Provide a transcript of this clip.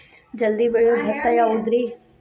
ಜಲ್ದಿ ಬೆಳಿಯೊ ಭತ್ತ ಯಾವುದ್ರೇ?